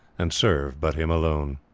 and serve but him alone.